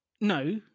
no